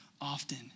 often